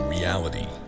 Reality